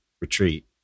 retreat